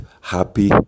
Happy